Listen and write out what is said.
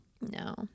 No